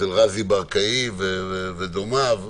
אצל רזי ברקאי ודומיו.